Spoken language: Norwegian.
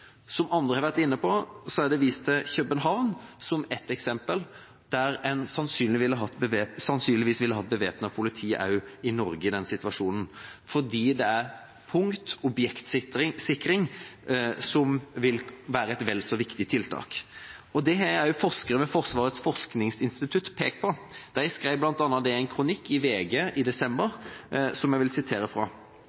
også andre risikoreduserende tiltak. Som andre har vært inne på, er det vist til København som ett eksempel. Man ville sannsynligvis hatt bevæpnet politi også i Norge i en slik situasjon, fordi punkt- og objektsikring vil være et vel så viktig tiltak. Det har også forskere ved Forsvarets forskningsinstitutt pekt på. De skrev bl.a. i en kronikk i VG i desember, som jeg vil sitere fra: